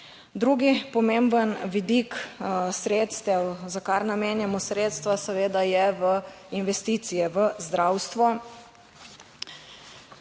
Drugi pomemben vidik sredstev, za kar namenjamo sredstva seveda, je v investicije v zdravstvo.